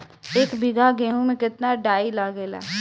एक बीगहा गेहूं में केतना डाई लागेला?